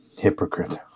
Hypocrite